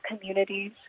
communities